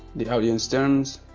the audience terms